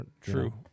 true